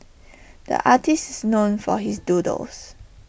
the artist is known for his doodles